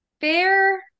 Bear